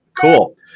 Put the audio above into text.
Cool